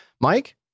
Mike